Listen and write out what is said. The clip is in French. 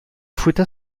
fouetta